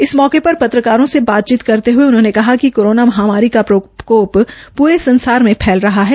इस मौके पर पत्रकारों से बातचीत करते हए उन्होंने कहा कि कोरोना माहामारी का प्रकोप प्रे संसार में फैल रहा है